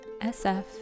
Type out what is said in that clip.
SF